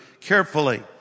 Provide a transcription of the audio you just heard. carefully